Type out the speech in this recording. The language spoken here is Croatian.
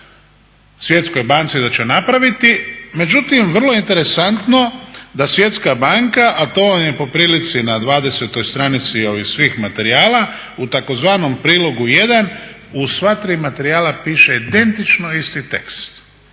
Svjetskoj banci da će napraviti. Međutim, vrlo je interesantno da Svjetska banka, a to vam je po prilici na dvadesetoj stranici ovih svih materijala u tzv. prilogu jedan u sva tri materijala piše identično isti tekst,